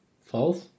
False